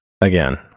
again